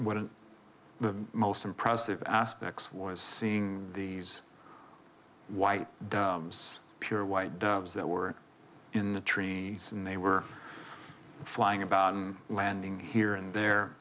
of the most impressive aspects was seeing these white pure white doves that were in the tree and they were flying about landing here and there